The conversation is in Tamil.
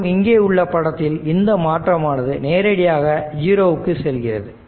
மற்றும் இங்கே உள்ள படத்தில் இந்த மாற்றமானது நேரடியாக 0 க்கு செல்கிறது